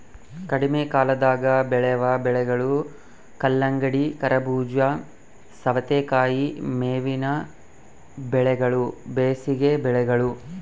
ಕಡಿಮೆಕಾಲದಾಗ ಬೆಳೆವ ಬೆಳೆಗಳು ಕಲ್ಲಂಗಡಿ, ಕರಬೂಜ, ಸವತೇಕಾಯಿ ಮೇವಿನ ಬೆಳೆಗಳು ಬೇಸಿಗೆ ಬೆಳೆಗಳು